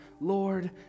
Lord